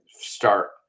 start